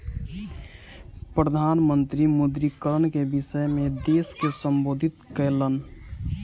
प्रधान मंत्री विमुद्रीकरण के विषय में देश के सम्बोधित कयलैन